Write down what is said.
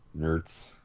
nerds